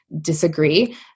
disagree